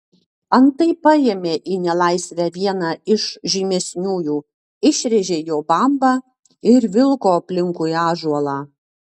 antai paėmė į nelaisvę vieną iš žymesniųjų išrėžė jo bambą ir vilko aplinkui ąžuolą